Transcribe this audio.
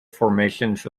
formations